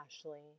Ashley